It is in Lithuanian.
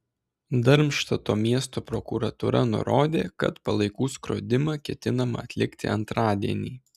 darmštato miesto prokuratūra nurodė kad palaikų skrodimą ketinama atlikti antradienį